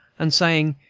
and saying,